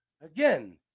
Again